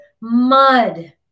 mud